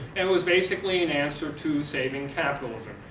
and was basically an answer to saving capitalism.